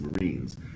Marines